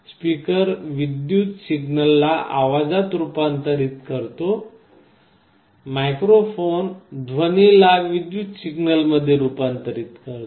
speaker विद्युतीय सिग्नलला आवाजात रूपांतरित करतो मायक्रो फोन ध्वनीला विद्युत सिग्नल मध्ये रुपांतरीत करतो